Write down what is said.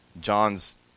John's